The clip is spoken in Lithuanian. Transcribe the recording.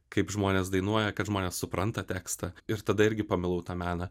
kaip žmonės dainuoja kad žmonės supranta tekstą ir tada irgi pamilau tą meną